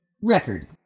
record